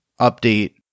update